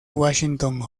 washington